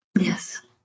Yes